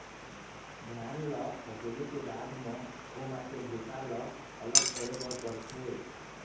धान ल सकेले के बाद म ओमा के भूसा ल अलग करे बर परथे